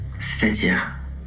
C'est-à-dire